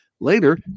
Later